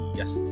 yes